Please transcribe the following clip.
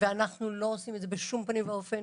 אנחנו לא עושים את זה בשום פנים ואופן